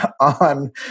on